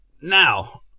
Now